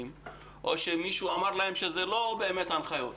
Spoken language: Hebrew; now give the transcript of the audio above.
או שמישהו אמר להם שזה לא באמת הנחיות.